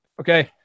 Okay